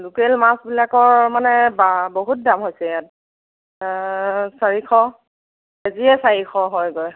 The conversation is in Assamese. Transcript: লোকেল মাছবিলাকৰ মানে বাহ বহুত দাম হৈছে ইয়াত চাৰিশ কেজিয়েই চাৰিশ হয়গৈ